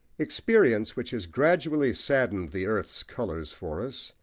experience, which has gradually saddened the earth's colours for us,